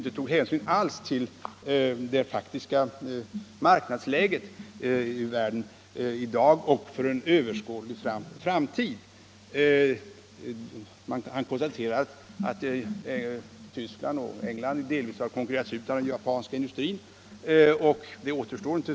I det togs ingen hänsyn till det faktiska marknadsläget i världen i dag och för en överskådlig framtid. Han konstaterade att Tyskland och England delvis har konkurrerats ut av den japanska varvsindustrin.